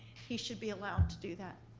he should be allowed to do that.